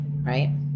right